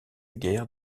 guerre